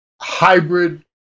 hybrid